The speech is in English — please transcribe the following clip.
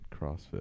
CrossFit